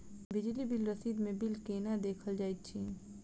बिजली बिल रसीद मे बिल केना देखल जाइत अछि?